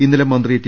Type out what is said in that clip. ഇന്നലെ മന്ത്രി ടി